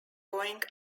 going